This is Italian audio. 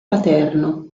paterno